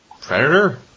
Predator